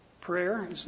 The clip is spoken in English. Prayer